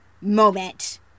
moment